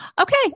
Okay